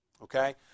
Okay